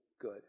good